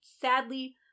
sadly